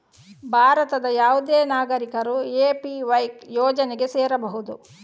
ಭಾರತದ ಯಾವುದೇ ನಾಗರಿಕರು ಎ.ಪಿ.ವೈ ಯೋಜನೆಗೆ ಸೇರಬಹುದು